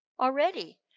already